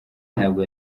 ntabwo